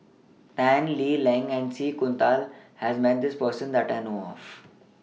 Tan Lee Leng and C has Met This Person that I know of